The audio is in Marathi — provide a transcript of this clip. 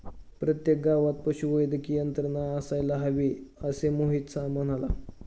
प्रत्येक गावात पशुवैद्यकीय यंत्रणा असायला हवी, असे मोहित म्हणाला